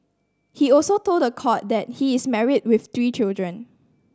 he also told the court that he is married with three children